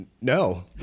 no